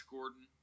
Gordon